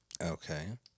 Okay